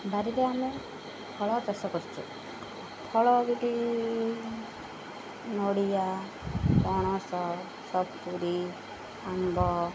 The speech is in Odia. ବାରିରେ ଆମେ ଫଳ ଚାଷ କରିଛୁ ଫଳ ନଡ଼ିଆ ପଣସ ସପୁରୀ ଆମ୍ବ